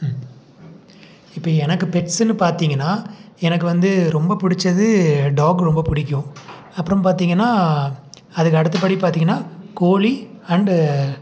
ம் இப்போ எனக்கு பெட்ஸ்ஸுன்னு பார்த்திங்கன்னா எனக்கு வந்து ரொம்ப பிடிச்சது டாக் ரொம்ப பிடிக்கும் அப்புறம் பார்த்திங்கன்னா அதுக்கடுத்தபடி பார்த்திங்கன்னா கோழி அண்டு